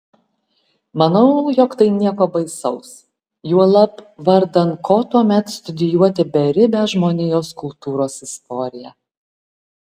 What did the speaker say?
manau jog tai nieko baisaus juolab vardan ko tuomet studijuoti beribę žmonijos kultūros istoriją